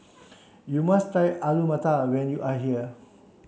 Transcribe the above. you must try Alu Matar when you are here